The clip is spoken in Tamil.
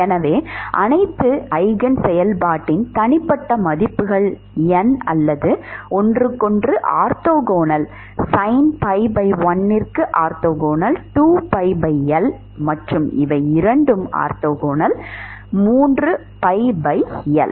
எனவே அனைத்து ஈஜென் செயல்பாடுயின் தனிப்பட்ட மதிப்புகள் n அல்லது ஒன்றுக்கொன்று ஆர்த்தோகனல் sin pi l க்கு ஆர்த்தோகனல் 2 pi L மற்றும் இவை இரண்டும் ஆர்த்தோகனல் 3 pi L